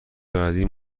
بعدی